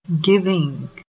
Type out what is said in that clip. giving